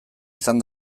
izan